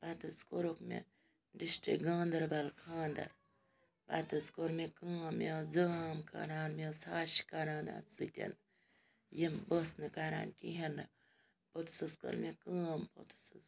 پَتہٕ حظ کوٚرُکھ مےٚ ڈِسٹرٛک گاندربل خاندر پَتہٕ حظ کوٚر مےٚ کٲم مےٚ ٲس زام کَران مےٚ ٲس ہَش کَران اَتھ سۭتۍ یہِ بہٕ ٲس نہٕ کَران کِہیٖنۍ نہٕ پوٚتُس حظ کٔر مےٚ کٲم پوٚتُس حظ